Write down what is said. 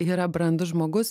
yra brandus žmogus